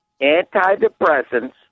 antidepressants